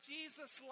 Jesus